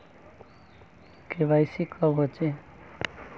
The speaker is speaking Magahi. के.वाई.सी कब होचे?